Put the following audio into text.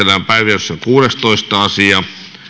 esitellään päiväjärjestyksen kuudestoista asia